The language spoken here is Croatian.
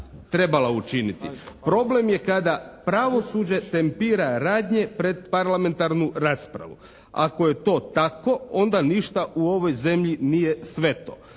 trebala učiniti. Problem je kada pravosuđe tempira radnje pred parlamentarnu raspravu. Ako je to tako, onda ništa u ovoj zemlji nije sveto.